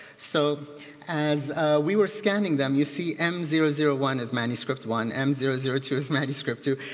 so as we were scanning them, you see m zero zero one is manuscript one. m zero zero two is manuscript two.